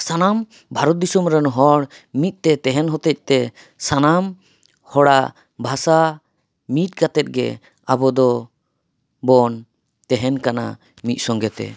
ᱥᱟᱱᱟᱢ ᱵᱷᱟᱨᱚᱛ ᱫᱤᱥᱚᱢ ᱨᱮᱱ ᱦᱚᱲ ᱢᱤᱫ ᱛᱮ ᱛᱟᱦᱮᱱ ᱦᱚᱛᱮᱡᱛᱮ ᱥᱟᱱᱟᱢ ᱦᱚᱲᱟᱜ ᱵᱷᱟᱥᱟ ᱢᱤᱫ ᱠᱟᱛᱮᱫ ᱜᱮ ᱟᱵᱚ ᱫᱚ ᱵᱚᱱ ᱛᱟᱦᱮᱱ ᱠᱟᱱᱟ ᱢᱚᱫ ᱥᱚᱸᱜᱮᱛᱮ